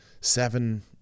seven